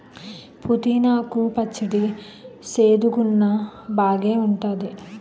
పుదీనా కు పచ్చడి సేదుగున్నా బాగేఉంటాది